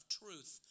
truth